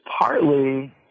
partly